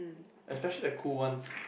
especially the cool ones